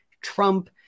Trump